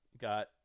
got